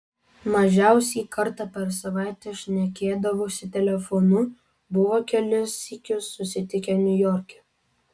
mažiausiai kartą per savaitę šnekėdavosi telefonu buvo kelis sykius susitikę niujorke